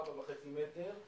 4.5 מטר,